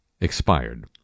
expired